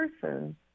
person